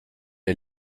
est